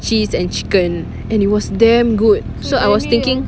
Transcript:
cheese and chicken and it was damn good so I was thinking